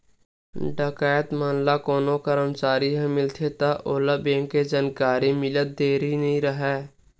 डकैत मन ले कोनो करमचारी ह मिलगे त ओला बेंक के जानकारी मिलत देरी नइ राहय